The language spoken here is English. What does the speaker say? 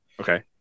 okay